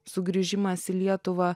sugrįžimas į lietuvą